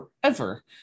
forever